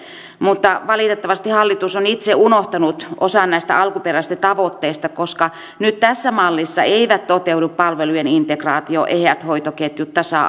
mutta valitettavasti hallitus on itse unohtanut osan näistä alkuperäisistä tavoitteista koska nyt tässä mallissa eivät toteudu palvelujen integraatio eheät hoitoketjut tasa